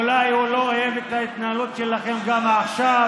אולי הוא לא אוהב את ההתנהלות שלכם גם עכשיו,